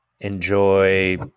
enjoy